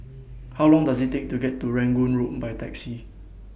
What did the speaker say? How Long Does IT Take to get to Rangoon Road By Taxi